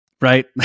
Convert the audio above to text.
right